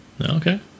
Okay